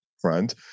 front